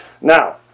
Now